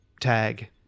tag